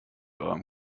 eurem